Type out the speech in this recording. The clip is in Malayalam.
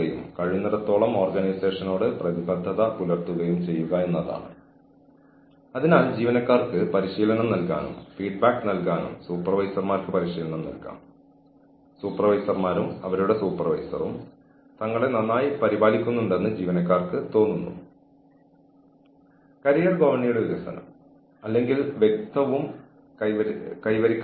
നിങ്ങൾക്ക് നൽകിയിരിക്കുന്ന ഓർഡറുകൾ നിയമവിരുദ്ധമോ നിയമവിരുദ്ധമായ ഒരു പ്രവർത്തനവുമായി ബന്ധപ്പെട്ടതോ നിയമവിരുദ്ധമായ ഒരു പ്രവർത്തനം നടത്തേണ്ടി വരുന്നതോ ആണെങ്കിൽ അനുസരണക്കേട് സ്വീകാര്യമാണ് അല്ലെങ്കിൽ അനുസരണക്കേടിന്റെ പേരിൽ നിങ്ങൾക്ക് പിഴ ചുമത്തിയേക്കില്ല ആ ഉത്തരവ് കാരണം അയാൾ അല്ലെങ്കിൽ അവൾ ഏതെങ്കിലും തരത്തിലുള്ള അപകടത്തിലാണെന്ന് ജീവനക്കാരന് തോന്നുന്നുവെങ്കിൽ അത് ബാധകമായേക്കില്ല അല്ലെങ്കിൽ നിങ്ങളെ ഏൽപ്പിച്ച ജോലി ചെയ്യാൻ നിങ്ങൾ വിസമ്മതിക്കുന്നത് അനുസരണക്കേടായി കണക്കാക്കില്ല